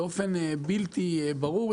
באופן בלתי ברור,